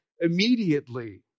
immediately